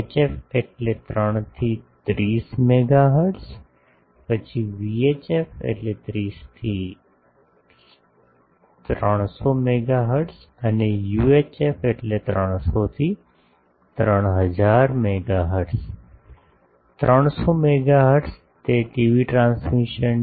HF એટલે 3 થી 30 megahertz પછી વીએચએફ 30 થી 300 મેગાહર્ટઝ અને યુએચએફ કે 300 થી 3000 મેગાહર્ટઝ 300 મેગાહર્ટઝ તે ટીવી ટ્રાન્સમિશન